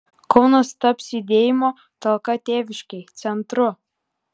kaunas taps judėjimo talka tėviškei centru